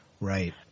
Right